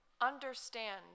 understand